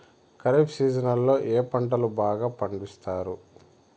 ఖరీఫ్ సీజన్లలో ఏ పంటలు బాగా పండిస్తారు